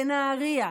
בנהריה,